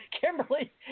Kimberly